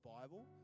Bible